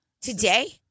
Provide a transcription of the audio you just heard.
Today